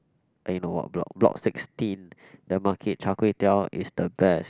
you know what block block sixteen the market char kway teow is the best